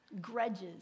Grudges